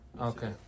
Okay